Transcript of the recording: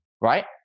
right